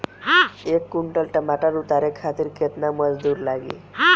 एक कुंटल टमाटर उतारे खातिर केतना मजदूरी लागी?